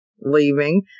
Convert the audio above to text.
leaving